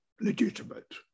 legitimate